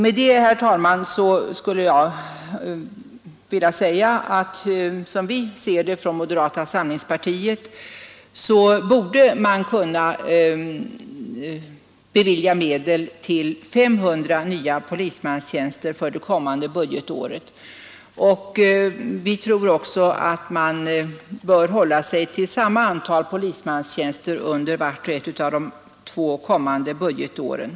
Med detta, herr talman, skulle jag vilja säga att man, som vi ser det från moderata samlingspartiet, borde kunna bevilja medel till 500 nya polismanstjänster för det kommande budgetåret. Vi tror också att man bör hålla sig till samma antal polismanstjänster under vart och ett av de två kommande budgetåren.